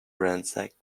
ransacked